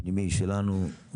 פנימי שלנו,